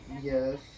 yes